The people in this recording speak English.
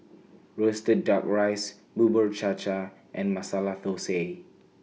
Roasted Duck Rice Bubur Cha Cha and Masala Thosai